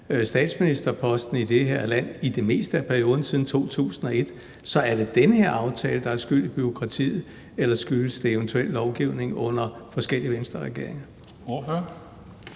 statsministerposten i det her land – i det meste af perioden siden 2001. Så er det den her aftale, der er skyld i bureaukratiet, eller skyldes det eventuelt lovgivning under forskellige Venstreregeringer?